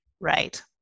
Right